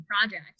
project